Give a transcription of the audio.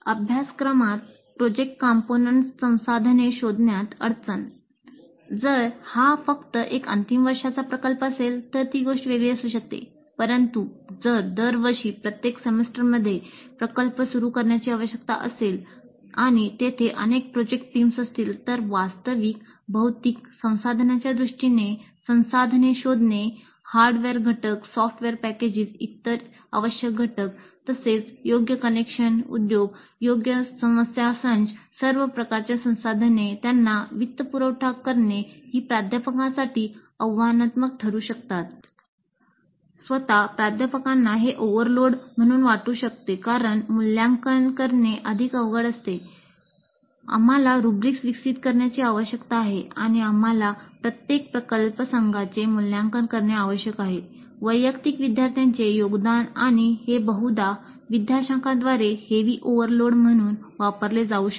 अभ्यासक्रमात project components म्हणून पाहिले जाऊ शकते